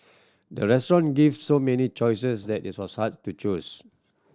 the restaurant gave so many choices that it was hard to choose